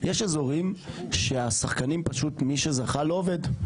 יש אזורים שפשוט מי שזכה לא עובד,